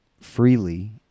freely